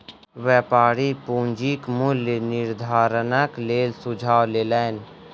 व्यापारी पूंजीक मूल्य निर्धारणक लेल सुझाव लेलैन